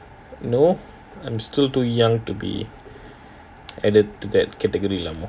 no I'm still too young to be added to that category level